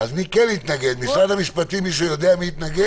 כרגע אנחנו רואים שמספר המובטלים שיוצאים,